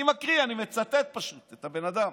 אני מקריא, אני פשוט מצטט את הבן אדם.